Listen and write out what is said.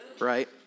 right